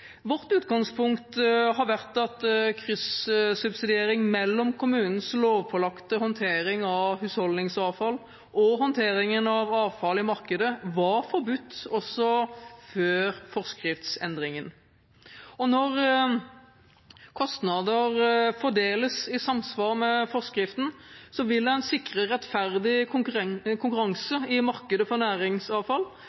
Vårt utgangspunkt har vært at kryssubsidiering mellom kommunens lovpålagte håndtering av husholdningsavfall og håndteringen av avfall i markedet var forbudt også før forskriftsendringen. Når kostnader fordeles i samsvar med forskriften, vil en sikre rettferdig konkurranse i markedet for næringsavfall